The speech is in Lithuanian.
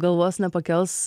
galvos nepakels